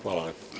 Hvala.